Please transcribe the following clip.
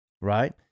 right